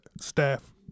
staff